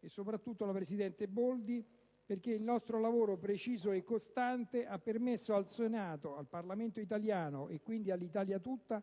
e soprattutto la presidente Boldi, perché il nostro lavoro, preciso e costante, ha permesso al Senato, al Parlamento italiano, e quindi all'Italia tutta,